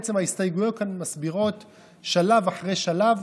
בעצם ההסתייגויות כאן מסבירות שלב אחרי שלב